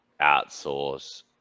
outsource